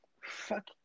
fuck